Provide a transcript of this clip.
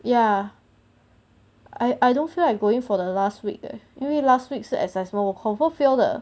ya I I don't feel like going for the last week leh 因为 last week 是 assessment 我 confirm fail 的